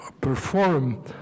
perform